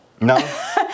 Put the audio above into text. No